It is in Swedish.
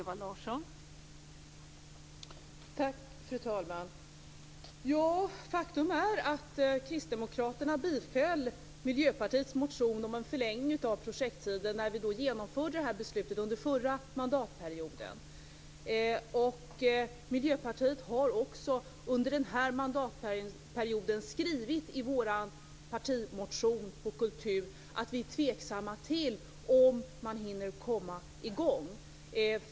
Fru talman! Faktum är att kristdemokraterna biträdde Miljöpartiets motion om en förlängning av projekttiden när beslutet i fråga fattades under den förra mandatperioden. Vi har i Miljöpartiet också i vår partimotion om kultur under den här mandatperioden skrivit att vi är tveksamma till om man hinner komma i gång.